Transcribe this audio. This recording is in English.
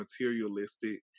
materialistic